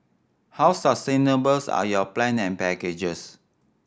how sustainable are your plan and packages